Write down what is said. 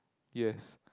yes